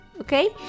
okay